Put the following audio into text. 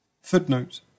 footnote